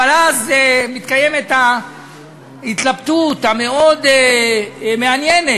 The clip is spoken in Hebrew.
אבל אז מתקיימת ההתלבטות המאוד-מעניינת,